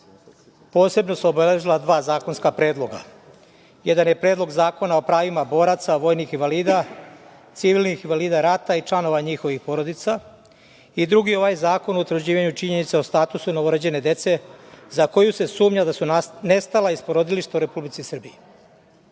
posebno su obeležila dva zakonska predloga. Jedan je Predlog zakona o pravima boraca, vojnih invalida, civilnih invalida rata i članova njihovih porodica i drugi je ovaj zakon o utvrđivanju činjenica o statusu novorođene dece za koju se sumnja da su nestala iz porodilišta u Republici Srbiji. Kod